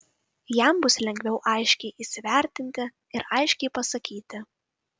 jam bus lengviau aiškiai įsivertinti ir aiškiai pasakyti